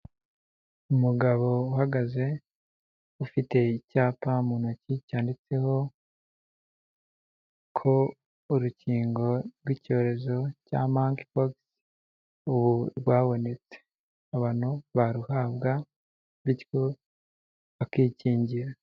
Umugabo uhagaze ufite icyapa mu ntoki cyanditseho ko urukingo rw'icyorezo cya manki pokisi rwabonetse abantu baruhabwa bityo bakikingira